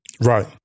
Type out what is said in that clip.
Right